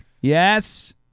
Yes